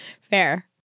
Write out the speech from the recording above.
Fair